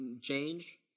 change